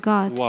God